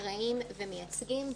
אקראיים ומייצגים.